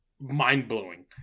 mind-blowing